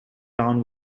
town